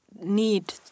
need